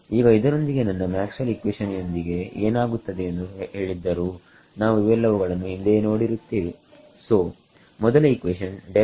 ಈಗ ಇದರೊಂದಿಗೆ ನಮ್ಮ ಮ್ಯಾಕ್ಸ್ವೆಲ್ಸ್ ಇಕ್ವೇಷನ್ ಯೊಂದಿಗೆ ಏನಾಗುತ್ತದೆ ಎಂದು ಹೇಳಿದ್ದರೂ ನಾವು ಇವೆಲ್ಲವುಗಳನ್ನು ಹಿಂದೆಯೇ ನೋಡಿರುತ್ತೇವೆ